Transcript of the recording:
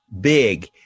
big